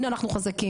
הנה אנחנו חזקים.